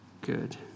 good